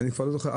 אני כבר לא זוכר.